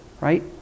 right